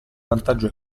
vantaggio